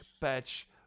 patch